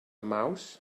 mouse